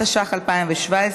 התשע"ח 2017,